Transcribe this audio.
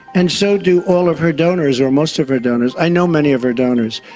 and so do all of her donors, or most of her donors, i know many of her donors.